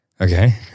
Okay